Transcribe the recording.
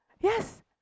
Yes